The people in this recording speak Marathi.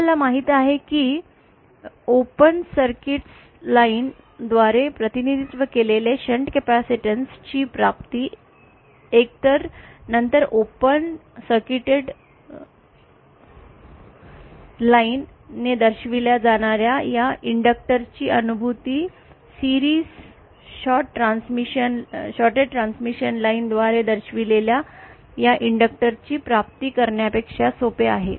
आपल्याला माहित आहे की ओपन सर्किट लाईन द्वारे प्रतिनिधित्व केलेले शंट कॅपेसिटन्स ची प्राप्ती एकतर नंतर ओपन सर्किट लाइनद्वारे दर्शविल्या जाणार्या या इंडक्टक्टर ची अनुभूती मालिकेतील शॉर्ट ट्रान्समिशन लाइन द्वारे दर्शविलेल्या या इंडक्क्टर ची प्राप्ती करण्यापेक्षा सोपे आहे